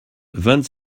vingt